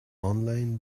online